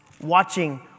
watching